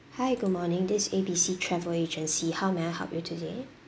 hi good morning this is A B C travel agency how may I help you today